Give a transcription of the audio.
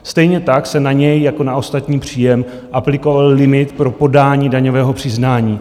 Stejně tak se na něj jako na ostatní příjem aplikoval limit pro podání daňového přiznání.